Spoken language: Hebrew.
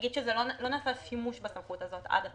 לא נעשה שימוש בסמכות הזאת עד עתה.